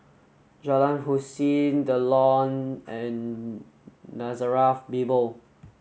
Jalan Hussein The Lawn and Nazareth Bible